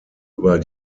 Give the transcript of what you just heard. über